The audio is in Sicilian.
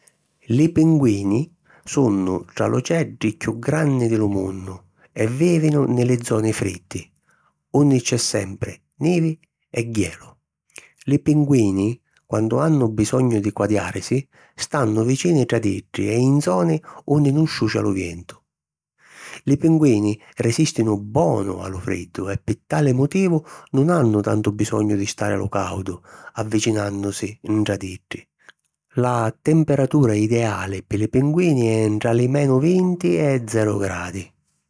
Li pinguini sunnu ntra l'oceddi chiù granni di lu munnu e vìvinu nni li zoni friddi unni c’è sempri nivi e jelu. Li pinguini, quannu hannu bisognu di quadiàrisi, stannu vicini ntra d’iddi e in zoni unni nun ciuscia lu ventu. Li pinguini resìstinu bonu a lu friddu e pi tali motivu nun hannu tantu bisognu di stari a lu càudu, avvicinànnusi ntra d’iddi. La temperatura ideali pi li pinguini è ntra li menu vinti e zeru gradi.